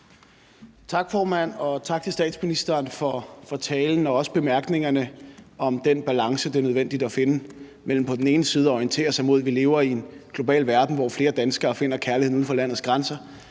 Tak, formand, og tak til statsministeren for talen og også for bemærkningerne om den balance, det er nødvendigt at finde, mellem på den ene side at orientere sig imod, at vi lever i en global verden, hvor flere danskere finder kærligheden uden for landets grænser,